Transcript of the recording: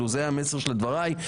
זה המסר של דבריי.